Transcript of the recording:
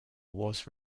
was